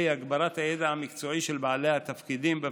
הגברת הידע המקצועי של בעלי התפקידים בבטיחות,